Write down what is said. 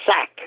sack